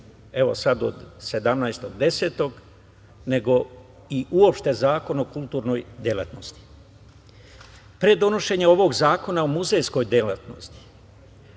se sada od 17.10. nego i uopšte Zakon o kulturnoj delatnosti. Pre donošenja ovog Zakona o muzejskoj delatnosti,